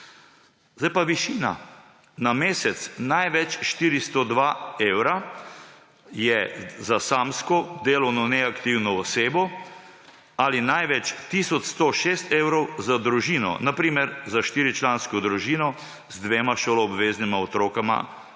Zdaj pa višina. Na mesec največ 402 evra je za samsko, delovno neaktivno osebo, ali največ tisoč 106 evrov za družino, na primer za štiričlansko družino z dvema šoloobveznima otrokoma